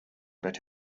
but